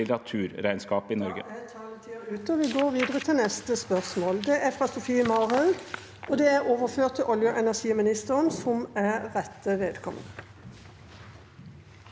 naturregnskap i Norge.